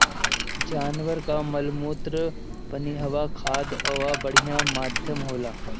जानवर कअ मलमूत्र पनियहवा खाद कअ बढ़िया माध्यम होला